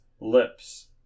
lips